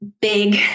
big